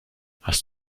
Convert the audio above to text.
hast